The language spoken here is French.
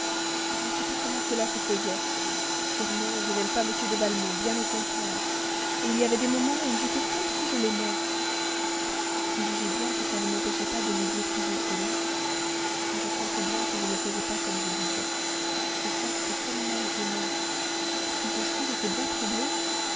je ne sais pas comment cela se faisait sûrement je n'aime pas m de valmont bien au contraire il y avait des moments où j'étais comme si je l'aimais vous jugez bien que ça ne m'empêchait pas de lui dire toujours que non mais je sentais bien que je ne faisais pas comme je disais ça c'était comme malgré moi puis aussi j'étais bien troublée